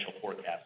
forecast